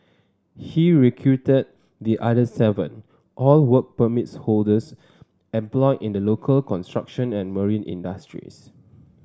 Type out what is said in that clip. he recruited the other seven all work permits holders employed in the local construction and marine industries